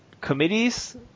committees